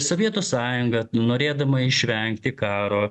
sovietų sąjunga norėdama išvengti karo